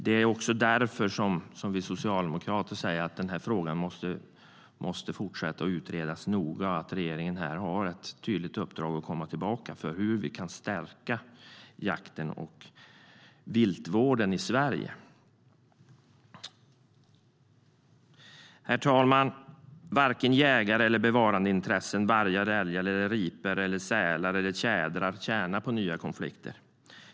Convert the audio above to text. Det är också därför vi socialdemokrater säger att den här frågan måste fortsätta att utredas noga och att regeringen har ett tydligt uppdrag att återkomma om hur vi kan stärka jakten och viltvården i Sverige.Herr talman! Varken jägarna eller bevarandet av vargar, älgar, ripor, sälar och tjädrar tjänar på nya konflikter.